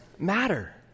matter